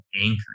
anchoring